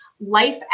life